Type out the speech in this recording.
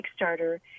Kickstarter